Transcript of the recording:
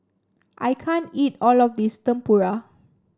I can't eat all of this Tempura